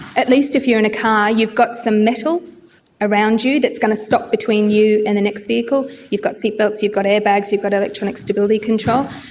at least if you're in a car you've got some metal around you that's going to stop between you and the next vehicle. you've got seat belts, you've got air bags, you've got electronic stability control.